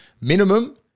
minimum